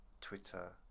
Twitter